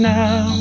now